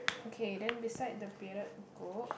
okay then beside the bearded goat